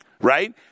right